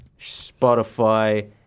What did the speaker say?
Spotify